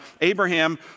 Abraham